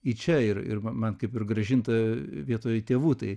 į čia ir ir man kaip ir grąžinta vietoj tėvų tai